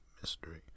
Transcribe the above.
mystery